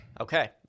Okay